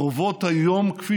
רחבעם זאבי,